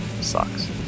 sucks